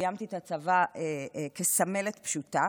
סיימתי את הצבא כסמלת פשוטה,